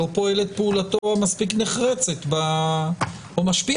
לא פועל את פעולתו מספיק נחרצת או משפיע